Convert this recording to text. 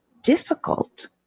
difficult